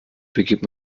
beginnt